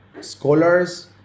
scholars